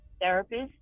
therapist